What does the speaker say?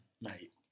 mate